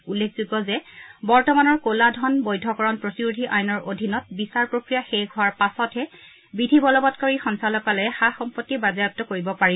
উল্লেখযোগ্য যে বৰ্তমানৰ কলা ধন বৈধকৰণ প্ৰতিৰোধী আইনৰ অধীনত বিচাৰ প্ৰক্ৰিয়া শেষ হোৱাৰ পাছতহে বিধি বলবংকাৰী সঞ্চালকালয়ে সা সম্পত্তি বাজেয়াপ্ত কৰিব পাৰে